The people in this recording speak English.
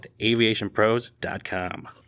AviationPros.com